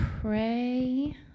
pray